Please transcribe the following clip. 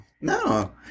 No